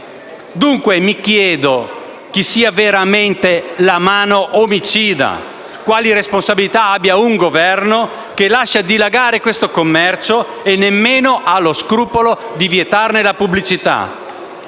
Dunque, mi chiedo chi sia veramente la mano omicida e quali responsabilità abbia un Governo che lascia dilagare questo commercio, senza nemmeno avere lo scrupolo di vietarne la pubblicità.